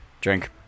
Drink